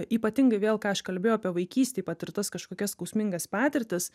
ypatingai vėl ką aš kalbėjau apie vaikystėj patirtas kažkokias skausmingas patirtis